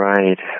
Right